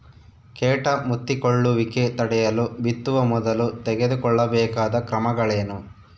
ಕೇಟ ಮುತ್ತಿಕೊಳ್ಳುವಿಕೆ ತಡೆಯಲು ಬಿತ್ತುವ ಮೊದಲು ತೆಗೆದುಕೊಳ್ಳಬೇಕಾದ ಕ್ರಮಗಳೇನು?